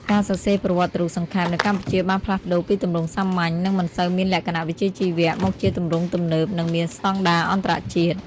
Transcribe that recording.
ការសរសេរប្រវត្តិរូបសង្ខេប នៅកម្ពុជាបានផ្លាស់ប្ដូរពីទម្រង់សាមញ្ញ និងមិនសូវមានលក្ខណៈវិជ្ជាជីវៈ មកជាទម្រង់ទំនើប និងមានស្តង់ដារអន្តរជាតិ។